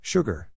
Sugar